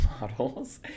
models